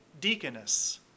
deaconess